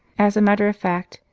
as a matter of fact,